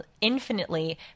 infinitely